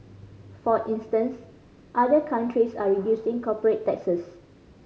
for instance other countries are reducing corporate taxes